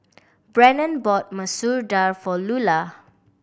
Brennen bought Masoor Dal for Lular